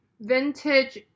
vintage